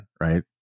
right